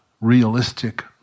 realistic